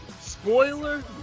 spoiler